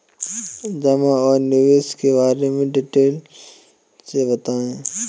जमा और निवेश के बारे में डिटेल से बताएँ?